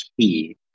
key